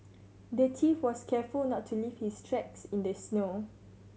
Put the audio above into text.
the thief was careful not to leave his tracks in the snow